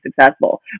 successful